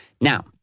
Now